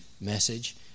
message